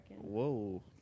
Whoa